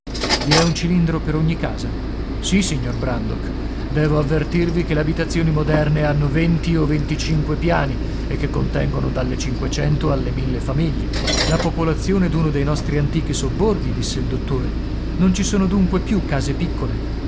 i è un cilindro per ogni casa sì signor brandok devo avvertirvi che le abitazioni moderne hanno venti o venticinque piani e che contengono dalle cinquecento alle mille famiglie la popolazione d'uno dei nostri antichi sobborghi disse il dottore non ci sono dunque più case piccole